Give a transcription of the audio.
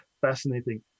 Fascinating